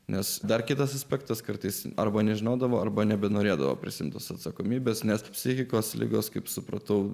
nes dar kitas aspektas kartais arba nežinodavo arba nebenorėdavo prisiimtos atsakomybės nes psichikos ligos kaip supratau